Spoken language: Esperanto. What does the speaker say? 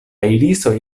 irisoj